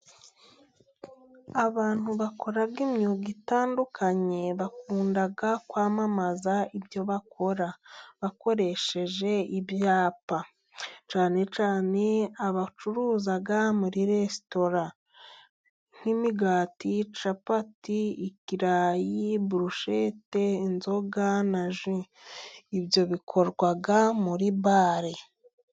Abantu bakora imyuga itandukanye bakunda kwamamaza ibyo bakora bakoresheje ibyapa, cyane cyane abacuruza muri resitora nk'imigati, capati, ikirayi, burushete, inzoga na ji. Ibyo bikorwa muri bare.